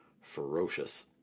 ferocious